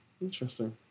interesting